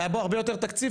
היה בו הרבה יותר תקציב,